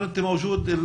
החינוך.